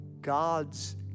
God's